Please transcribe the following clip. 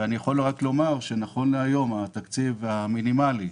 אני יכול לומר שנכון להיום התקציב המינימלי הדרוש,